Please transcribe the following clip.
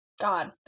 God